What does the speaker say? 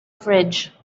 fridge